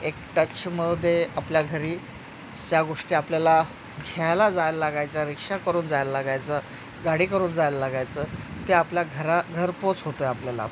एक टचमध्ये आपल्या घरी अशा गोष्टी आपल्याला घ्यायला जायला लागायचा रिक्षा करून जायला लागायचं गाडी करून जायला लागायचं ते आपल्या घरा घरपोच होतो आहे आपल्याला